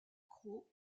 crowe